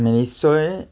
নিশ্চয়